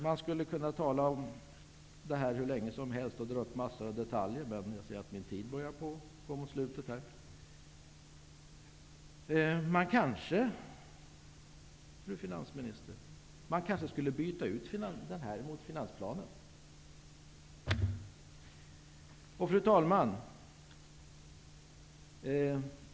Man skulle kunna tala om detta hur länge som helst och ta upp en mängd detaljer, men jag ser att min taletid snart är slut. Man kanske, fru finansminister, skulle kunna byta ut finansplanen mot Lindbeckkommissionens rapport. Fru talman!